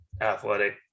athletic